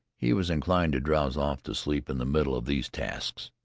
he was inclined to drowse off to sleep in the middle of these tasks,